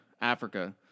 Africa